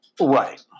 Right